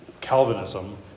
Calvinism